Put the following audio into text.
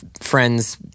friend's